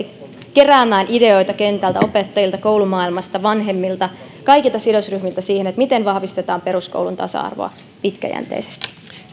keräämään ideoita kentältä opettajilta koulumaailmasta vanhemmilta kaikilta sidosryhmiltä siihen miten vahvistetaan peruskoulun tasa arvoa pitkäjäntei sesti